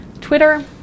Twitter